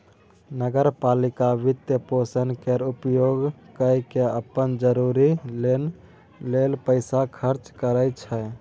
नगर पालिका वित्तपोषण केर उपयोग कय केँ अप्पन जरूरी लेल पैसा खर्चा करै छै